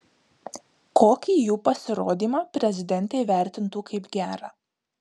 kokį jų pasirodymą prezidentė vertintų kaip gerą